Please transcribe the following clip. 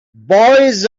boys